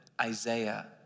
Isaiah